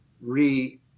re